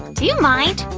do you mind!